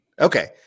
Okay